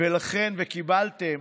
וקיבלתם